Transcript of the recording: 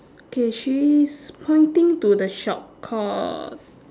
okay she is pointing to the shop called